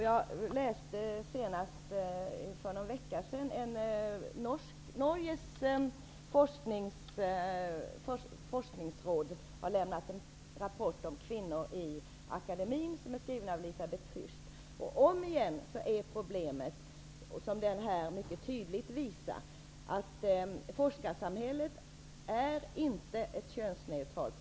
Jag läste för någon vecka sedan en rapport från Återigen är problemet, som rapporten mycket tydligt visar, att forskarsamhället inte är könsneutralt.